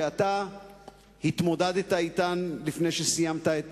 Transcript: שאתה התמודדת אתן לפני שסיימת את